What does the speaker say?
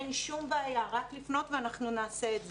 אין שום בעיה, רק לפנות ואנחנו נעשה את זה.